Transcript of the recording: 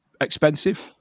expensive